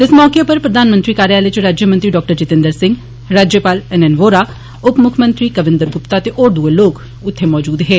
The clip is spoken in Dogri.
इस मौके उप्पर प्रधानमंत्री कार्यालय च राज्यमंत्री डाक्टर जितेन्द्र सिंह राज्यपाल एन एन वोहरा उप मुक्खमंत्री कविन्द्र गुप्ता ते होर दुए लोक मौजूद हे